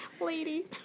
Ladies